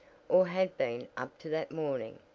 or had been up to that morning,